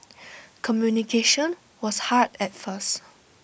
communication was hard at first